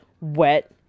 wet